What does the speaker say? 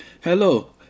hello